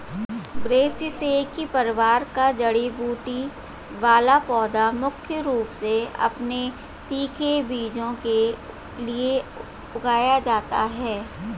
ब्रैसिसेकी परिवार का जड़ी बूटी वाला पौधा मुख्य रूप से अपने तीखे बीजों के लिए उगाया जाता है